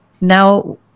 now